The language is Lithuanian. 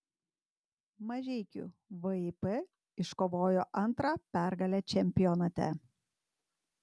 mažeikių vip iškovojo antrą pergalę čempionate